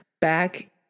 back